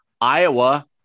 Iowa